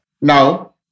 Now